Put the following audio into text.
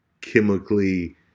chemically